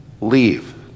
leave